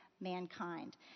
mankind